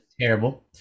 terrible